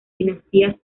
dinastías